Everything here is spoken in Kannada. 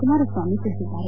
ಕುಮಾರಸ್ವಾಮಿ ತಿಳಿಸಿದ್ದಾರೆ